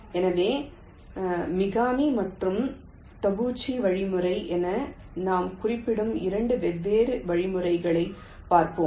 எனவே மிகாமி மற்றும் தபூச்சியின் வழிமுறை என நாம் குறிப்பிடும் 2 வெவ்வேறு வழிமுறைகளைப் பார்ப்போம்